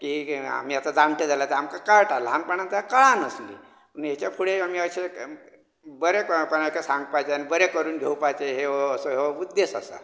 की आमी आतां जाण्टे जाल्यात आमकां आतां कळटा ल्हानपणांत तेन्ना कळनासलें पूण हेच्या फुडें आमी अशे बरें कोणाकूय सांगपाचें आनी बरें करून घेवपाचें असो हो उद्देश आसा